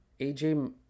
AJ